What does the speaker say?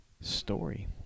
story